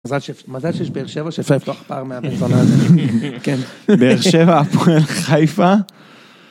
מזל שיש באר שבע שאפשר לפתוח פער מהבן זונה הזה, כן, באר שבע, חיפה.